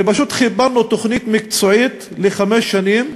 ופשוט חיברנו תוכנית מקצועית לחמש שנים,